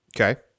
Okay